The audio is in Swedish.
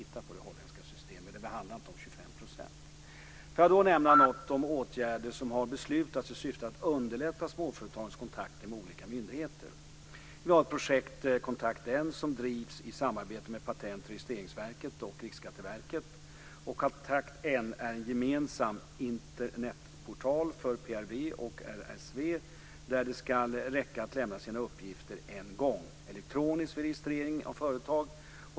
Vi tittar på det holländska systemet, men det handlar inte om Får jag då nämna något om de åtgärder som har beslutats i syfte att underlätta småföretagens kontakter med olika myndigheter. Vi har ett projekt, Kontakt N, som drivs i samarbete med Patent och registreringsverket och Riksskatteverket. Kontakt N är en gemensam Internetportal för PRV och RSV där det ska räcka att lämna sina uppgifter en gång, elektroniskt, för registrering av företag.